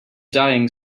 dying